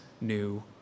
new